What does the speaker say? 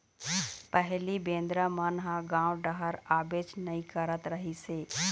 पहिली बेंदरा मन ह गाँव डहर आबेच नइ करत रहिस हे